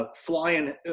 Flying